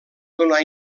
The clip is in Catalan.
donar